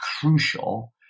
crucial